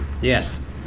Yes